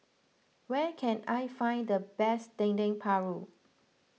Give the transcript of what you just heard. where can I find the best Dendeng Paru